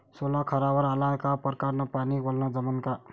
सोला खारावर आला का परकारं न पानी वलनं जमन का?